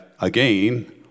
again